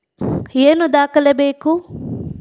ಏನು ದಾಖಲೆ ಬೇಕು?